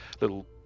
little